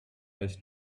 his